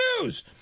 news